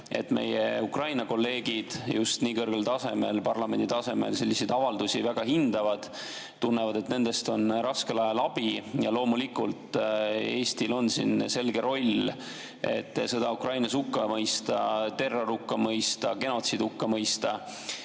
et meie Ukraina kolleegid just nii kõrgel tasemel, parlamendi tasemel selliseid avaldusi väga hindavad. Nad tunnevad, et nendest on raskel ajal abi. Ja loomulikult Eestil on siin selge roll, et sõda Ukrainas hukka mõista, terror hukka mõista, genotsiid hukka mõista.